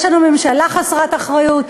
יש לנו ממשלה חסרת אחריות,